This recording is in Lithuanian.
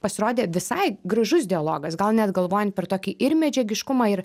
pasirodė visai gražus dialogas gal net galvojant per tokį ir medžiagiškumą ir